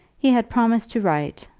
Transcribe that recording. he had promised to write,